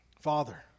Father